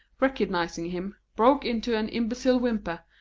recognising him, broke into an imbecile whimper,